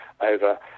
over